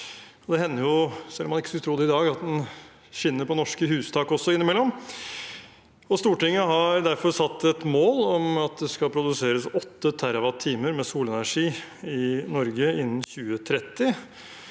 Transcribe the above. Det hender innimellom, selv om man ikke skulle tro det i dag, at den skinner på norske hustak også. Stortinget har derfor satt et mål om at det skal produseres 8 TWh med solenergi i Norge innen 2030,